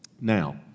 Now